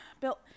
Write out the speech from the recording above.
Bill